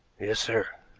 yes, sir.